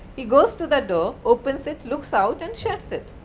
he goes to the door opens it looks out and shuts it.